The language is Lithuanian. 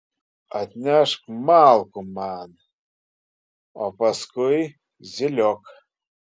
atnešk malkų man o paskui zyliok